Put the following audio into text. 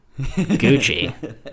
Gucci